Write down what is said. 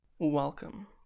Welcome